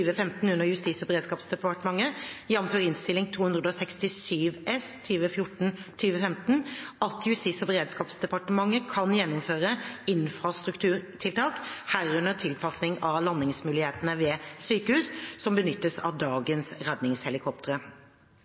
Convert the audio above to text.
under Justis- og beredskapsdepartementet, jf. Innst. 267 S for 2014–2015, at Justis- og beredskapsdepartementet kan gjennomføre infrastrukturtiltak, herunder tilpasning av landingsmulighetene ved sykehus som benyttes av dagens redningshelikoptre.